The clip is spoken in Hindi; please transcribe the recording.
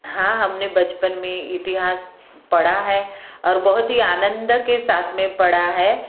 हाँ हमने बचपन में इतिहास पढ़ा है और बहुत ही आनंद के साथ में पढ़ा है